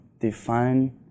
define